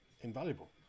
invaluable